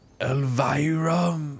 Elvira